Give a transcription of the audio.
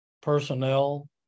personnel